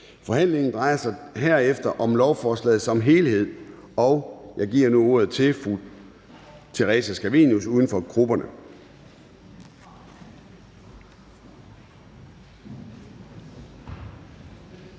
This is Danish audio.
Forhandlingen drejer sig herefter om lovforslaget som helhed, og jeg giver nu ordet til fru Theresa Scavenius, uden for grupperne.